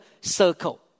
circle